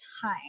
time